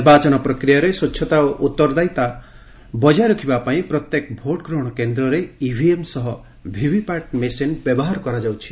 ନିର୍ବାଚନ ପ୍ରକ୍ରିୟାରେ ସ୍ୱଚ୍ଚତା ଓ ଉତ୍ତରଦାୟୀତା ବଜାୟ ରଖିବା ପାଇଁ ପ୍ରତ୍ୟେକ ଭୋଟ୍ ଗ୍ରହଣ କେନ୍ଦ୍ରରେ ଇଭିଏମ୍ ସହ ଭିଭିପାଟ୍ ମେସିନ୍ ବ୍ୟବହାର କରାଯାଉଛି